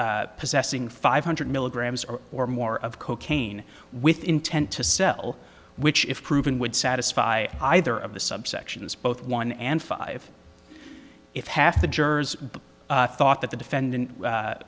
possessing five hundred milligrams or or more of cocaine with intent to sell which if proven would satisfy either of the subsections both one and five if half the jurors thought that the defendant